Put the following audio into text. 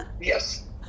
Yes